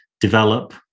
develop